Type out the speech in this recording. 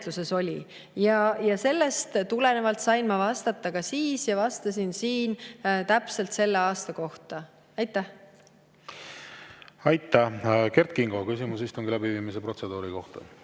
Sellest tulenevalt sain ma vastata siis ja vastasin täpselt selle aasta kohta. Aitäh! Kert Kingo, küsimus istungi läbiviimise protseduuri kohta.